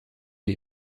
les